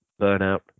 burnout